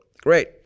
great